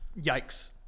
Yikes